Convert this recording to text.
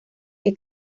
que